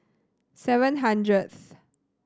seven hundredth